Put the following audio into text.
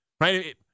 right